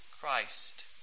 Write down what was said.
Christ